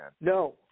No